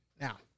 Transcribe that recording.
Now